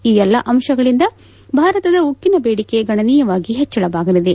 ಈ ಎಲ್ಲಾ ಅಂಶಗಳಿಂದ ಭಾರತದ ಉಕ್ಕಿನ ಬೇಡಿಕೆ ಗಣನೀಯವಾಗಿ ಹೆಚ್ಚಳವಾಗಲಿದೆ